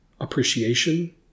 appreciation